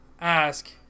ask